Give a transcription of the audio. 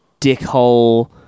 dickhole